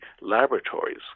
laboratories